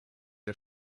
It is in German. der